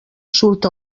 surt